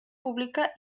pública